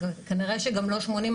וכנראה שגם לא 80,